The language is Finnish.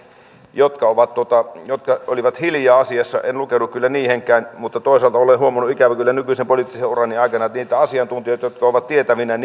jotka olivat hiljaa asiassa en lukeudu kyllä heihinkään mutta toisaalta olen huomannut ikävä kyllä nykyisen poliittisen urani aikana että niitä asiantuntijoita jotka ovat tietävinään